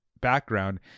background